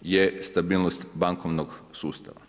je stabilnost bankovnog sustava.